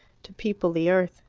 to people the earth.